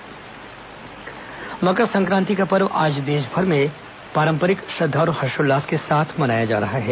मकर संक्रांति मकर संक्रान्ति का पर्व आज देशभर में परम्परागत श्रद्धा और हर्षोल्च्लास के साथ मनाया जा रहा है